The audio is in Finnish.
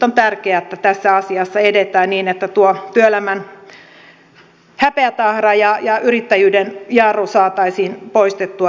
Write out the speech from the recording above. on tärkeää että tässä asiassa edetään niin että tuo työelämän häpeätahra ja yrittäjyyden jarru saataisiin poistettua